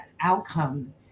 outcome